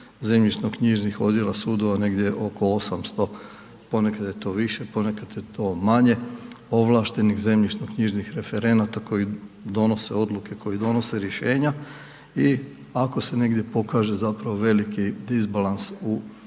zemljišno-knjižnih odjela, sudova, negdje oko 800, ponekad je to više, ponekad je to manje, ovlašteno zemljišno-knjižnih referenata koji donose odluke, koji donose rješenja i ako se negdje pokaže zapravo veliki disbalans u